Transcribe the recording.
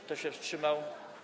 Kto się wstrzymał?